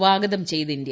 സ്വാഗതം ചെയ്ത് ഇന്ത്യ